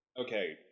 Okay